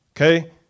Okay